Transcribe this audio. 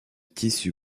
tissu